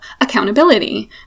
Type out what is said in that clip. accountability